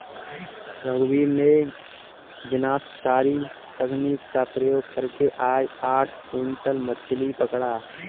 रघुवीर ने विनाशकारी तकनीक का प्रयोग करके आज आठ क्विंटल मछ्ली पकड़ा